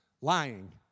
Lying